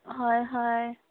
হয় হয়